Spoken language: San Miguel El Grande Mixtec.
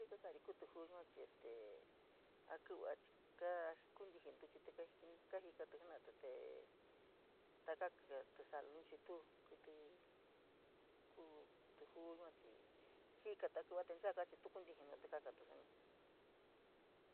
Jii kakari kuu tíjuu yuachii este a kívía chii ka kuntiji ntuchite kajikatí jena’ate te taka lisaa luliun chii tuu, kítí kuu tíjuu yua chii jikatíakíuía te nchakaa tu kuntiji nuute kakatí suni.